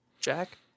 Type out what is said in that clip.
Jack